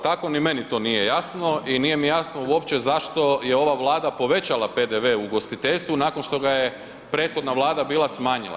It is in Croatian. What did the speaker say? Upravo tako ni meni to nije jasno i nije mi jasno uopće zašto je ova Vlada povećala PDV ugostiteljstvu nakon što ga je prethodna Vlada bila smanjila.